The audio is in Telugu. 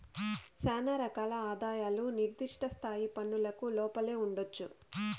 శానా రకాల ఆదాయాలు నిర్దిష్ట స్థాయి పన్నులకు లోపలే ఉండొచ్చు